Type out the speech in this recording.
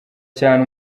cyane